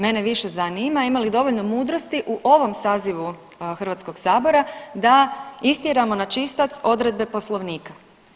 Mene više zanima ima li dovoljno mudrosti u ovom sazivu Hrvatskog sabora da istjeramo na čistac odredbe Poslovnika.